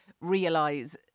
realize